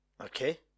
Okay